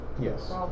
Yes